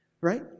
right